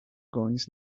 goings